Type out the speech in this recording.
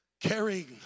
carrying